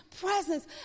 presence